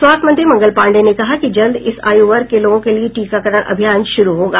स्वास्थ्य मंत्री मंगल पांडेय ने कहा कि जल्द इस आयु वर्ग के लोगों के लिए टीकाकरण अभियान शुरू होगा